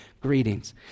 Greetings